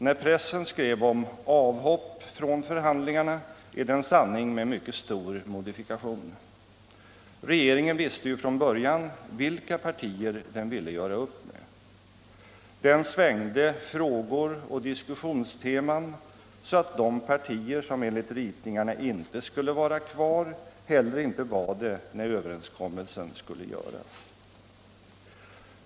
När pressen skrev om ”avhopp” från förhandlingarna är det en sanning med mycket stor modifikation. Regeringen visste ju från början vilka partier den ville göra upp med. Den svängde frågor och diskussionsteman så att de partier som enligt ritningarna inte skulle vara kvar heller inte var det när överenskommelsen skulle göras.